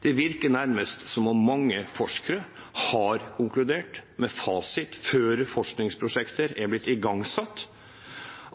Det virker nærmest som om mange forskere har konkludert med fasit før forskningsprosjekter er blitt igangsatt,